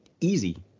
easy